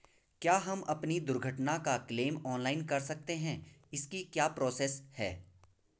क्या हम अपनी दुर्घटना का क्लेम ऑनलाइन कर सकते हैं इसकी क्या प्रोसेस है?